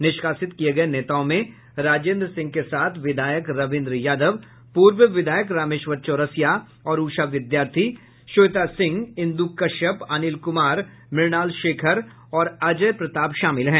निष्कासित किये गये नेताओं में राजेंद्र सिंह के साथ विधायक रविन्द्र यादव पूर्व विधायक रामेश्वर चौरसिया और उषा विद्यार्थी श्वेता सिंह इंद् कश्यप अनिल कुमार मृणाल शेखर और अजय प्रताप शामिल हैं